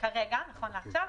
כרגע נכון לעכשיו,